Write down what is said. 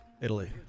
Italy